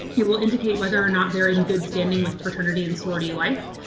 it will indicate whether or not they're in good standing with a fraternity and sorority life.